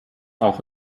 auch